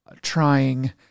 Trying